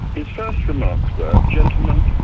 his first remarks were, gentlemen,